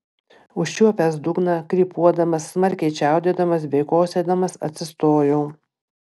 užčiuopęs dugną krypuodamas smarkiai čiaudėdamas bei kosėdamas atsistojau